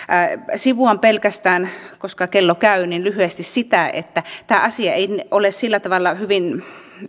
sivuan pelkästään koska kello käy lyhyesti sitä että tämä asia ei ole sillä tavalla hyvin